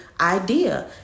idea